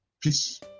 Peace